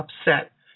upset